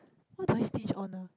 what do I stinge on ah